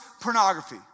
pornography